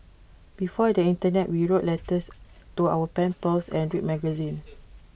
before the Internet we wrote letters to our pen pals and read magazines